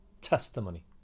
testimony